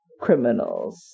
criminals